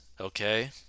okay